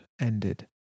ended